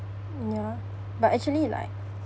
mm ya but actually like